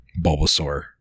Bulbasaur